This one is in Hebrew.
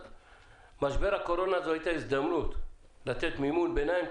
משבר הקורונה היה הזדמנות לתת מימון ביניים,